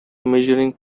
measuring